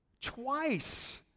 Twice